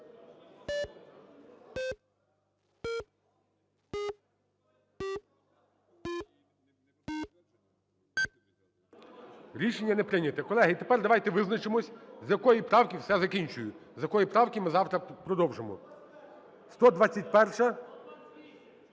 Рішення не прийнято. Колеги, тепер давайте визначимось, з якої правки… Все, закінчую. З якої правки ми завтра продовжимо. 121-а.